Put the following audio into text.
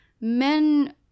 men